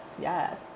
Yes